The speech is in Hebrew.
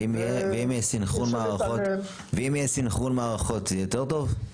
ואם יהיה סנכרון מערכות, יהיה יותר טוב?